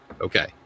Okay